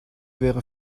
wäre